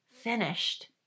finished